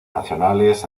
nacionales